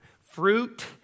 Fruit